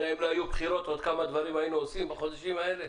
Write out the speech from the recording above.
אם לא היו בחירות אתה יודע עוד כמה דברים היינו עושים בחודשים האלה?